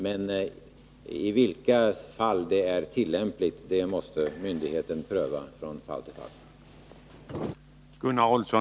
Men frågan om när det är tillämpligt måste myndigheten pröva från fall till fall.